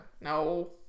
No